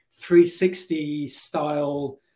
360-style